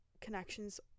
connections